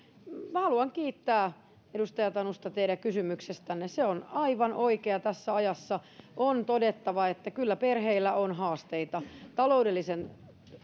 minä haluan kiittää edustaja tanusta teidän kysymyksestänne se on aivan oikea tässä ajassa on todettava että kyllä perheillä on haasteita taloudellisen